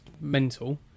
mental